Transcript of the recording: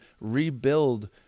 rebuild